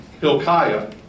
Hilkiah